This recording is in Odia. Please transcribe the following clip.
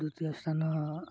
ଦ୍ୱିତୀୟ ସ୍ଥାନ